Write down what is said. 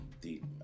deep